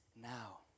now